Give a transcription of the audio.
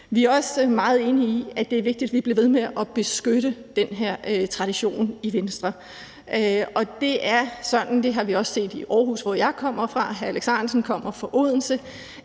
Venstre også meget enige i, at det er vigtigt, at vi bliver ved med beskytte den her tradition. Det er sådan, og det har vi også set i Aarhus, hvor jeg kommer fra – hr. Alex Ahrendtsen kommer fra Odense